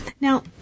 Now